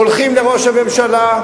הולכים לראש הממשלה.